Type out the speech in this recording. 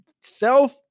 self